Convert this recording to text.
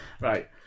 Right